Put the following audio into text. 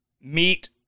meet